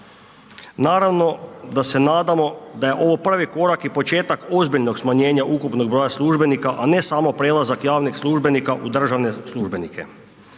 Naravno da se nadamo da je ovo prvi korak i početak ozbiljnog smanjenja ukupnog broja službenika, a ne samo prelazak javnih službenika u državne službenike.